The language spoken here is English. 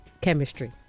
chemistry